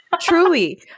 Truly